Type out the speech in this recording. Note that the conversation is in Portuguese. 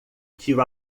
tiro